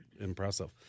impressive